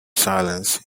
silence